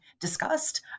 discussed